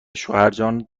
شوهرجان